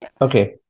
Okay